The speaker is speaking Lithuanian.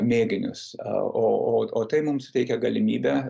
mėginius a o o tai mums teikia galimybę